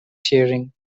sharing